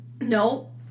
No